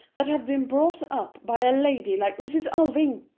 that have been brought up by a lady like mrs. alving!